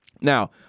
Now